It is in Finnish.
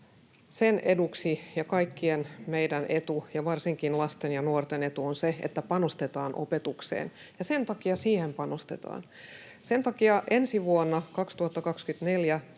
etu ja kaikkien meidän etu ja varsinkin lasten ja nuorten etu on se, että panostetaan opetukseen, ja sen takia siihen panostetaan. Sen takia ensi vuonna, 2024,